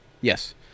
Yes